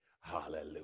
Hallelujah